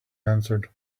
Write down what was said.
answered